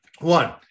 One